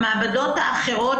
המעבדות האחרות,